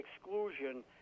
exclusion